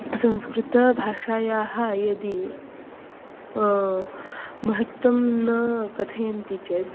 संस्कृतभाषायाः यदि महत्त्वं न कथयन्ति चेत्